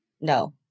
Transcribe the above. No